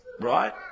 right